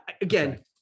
again